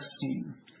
scene